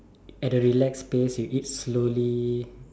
at a relax pace you eat slowly